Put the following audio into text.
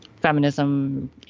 feminism